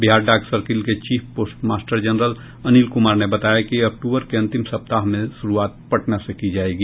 बिहार डाक सर्किल के chief postmaster general Anil Kumar ने बताया कि अक्टूबर के अंतिम सप्ताह में शुरूआत पटना से की जायेगी